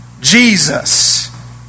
Jesus